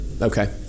okay